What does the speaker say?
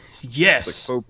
Yes